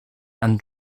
and